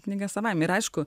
knyga savaime ir aišku